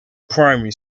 primary